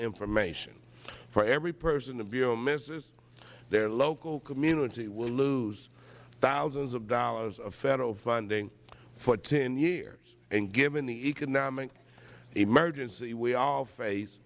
information for every person the bureau misses their local community will lose thousands of dollars of federal funding for ten years and given the economic emergency we all face